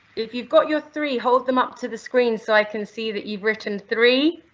if you've got your three hold them up to the screen so i can see that you've written three,